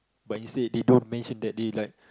but you say they don't mention that they like